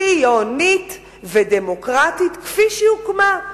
ציונית ודמוקרטית, כפי שהוקמה.